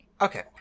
Okay